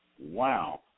Wow